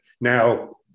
Now